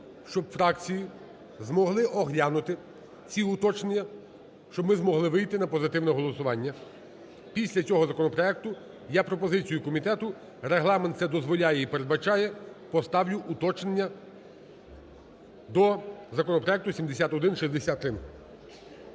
щоб фракції змогли оглянути ці уточнення, щоб ми змогли вийти на позитивне голосування. Після цього законопроекту я пропозицію комітету, Регламент це дозволяє і передбачає, поставлю уточнення до законопроекту 7163.